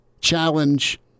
challenge